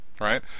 Right